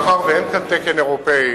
מאחר שאין כאן תקן אירופי,